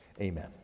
Amen